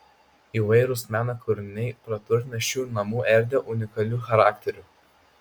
įvairūs meno kūriniai praturtina šių namų erdvę unikaliu charakteriu